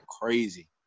crazy